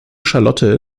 charlotte